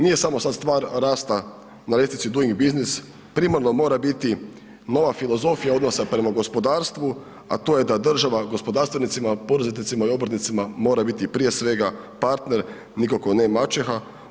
Nije samo sad stvar rasta na ljestvici Duing biznis, primarno mora biti nova filozofija odnosa prema gospodarstvu, a to je da država gospodarstvenicima, poreznicima i obrtnicima mora biti prije svega partner, nikako ne maćeha.